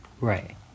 right